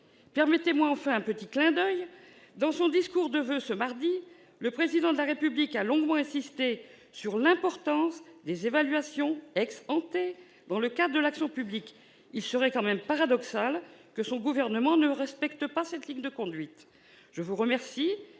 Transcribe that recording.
Permettez-moi enfin un petit clin d'oeil. Dans son discours de voeux de ce mardi, le Président de la République a longuement insisté sur l'importance des évaluations dans le cadre de l'action publique. Il serait tout de même paradoxal que son gouvernement ne respecte pas cette ligne de conduite ! Je vous remercie,